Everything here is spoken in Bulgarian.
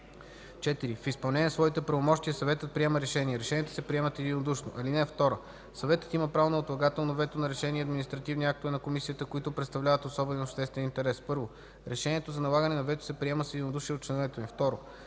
4. В изпълнение на своите правомощия съветът приема решения. Решенията се приемат единодушно. (2) Съветът има право на отлагателно вето на решения и административни актове на комисията, които представляват особен обществен интерес. 1. Решението за налагане на вето се приема с единодушие от